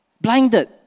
Blinded